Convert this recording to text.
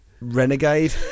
renegade